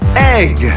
egg yeah